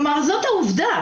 כלומר, זאת העובדה.